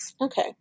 Okay